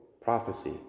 prophecy